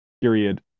period